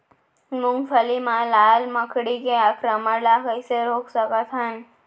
मूंगफली मा लाल मकड़ी के आक्रमण ला कइसे रोक सकत हन?